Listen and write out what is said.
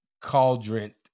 cauldron